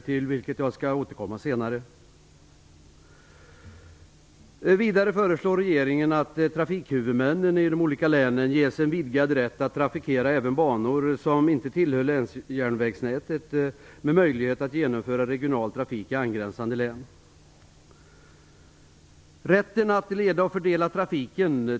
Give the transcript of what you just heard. Till den saken återkommer jag senare.